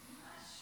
לפחות.